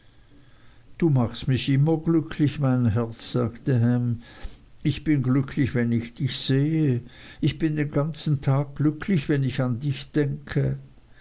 du machst mich immer glücklich mein herz sagte ham ich bin glücklich wenn ich dich sehe ich bin den ganzen tag glücklich wenn ich an dich denke